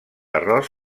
arròs